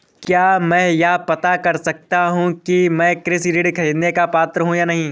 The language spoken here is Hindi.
क्या मैं यह पता कर सकता हूँ कि मैं कृषि ऋण ख़रीदने का पात्र हूँ या नहीं?